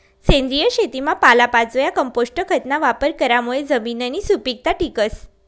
सेंद्रिय शेतीमा पालापाचोया, कंपोस्ट खतना वापर करामुये जमिननी सुपीकता टिकस